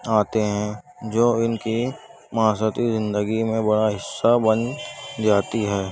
آتے ہیں جو ان کی معاشرتی زندگی میں بڑا حصہ بن جاتی ہے